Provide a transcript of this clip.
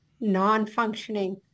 non-functioning